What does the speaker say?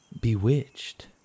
Bewitched